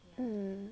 mm